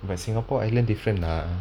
but singapore island different lah